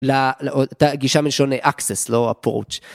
הגישה מלשון access לא approach.